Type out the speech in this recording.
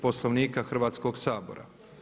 Poslovnika Hrvatskog sabora.